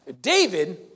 David